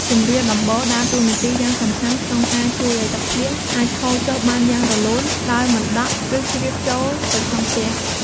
ជម្រាលដំបូលដើរតួនាទីយ៉ាងសំខាន់ក្នុងការជួយឲ្យទឹកភ្លៀងអាចហូរចុះបានយ៉ាងរលូន ដោយមិនដក់ ឬជ្រាបចូលទៅក្នុងផ្ទះ។